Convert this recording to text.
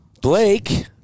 Blake